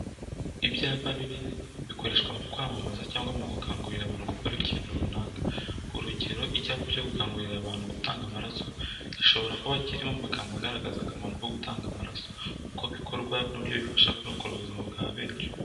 Ibyapa binini bikoreshwa mu kwamamaza cyangwa mu gukangurira abantu gukora ikintu runaka. Urugero, icyapa cyo gukangurira abantu gutanga amaraso, gishobora kuba kirimo amagambo agaragaza akamaro ko gutanga amaraso, uko bikorwa n'uburyo bifasha kurokora ubuzima bwa benshi.